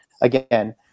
again